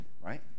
right